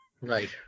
Right